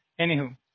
Anywho